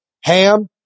Ham